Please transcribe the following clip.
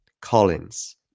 Collins